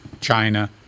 China